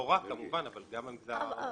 לא רק כמובן, אבל גם למגזר הערבי.